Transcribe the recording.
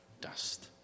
dust